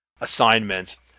assignments